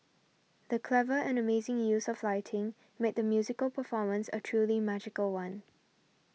the clever and amazing use of lighting made the musical performance a truly magical one